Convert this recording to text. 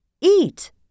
Eat